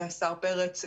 השר פרץ,